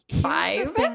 five